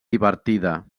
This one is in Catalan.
divertida